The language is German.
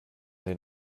den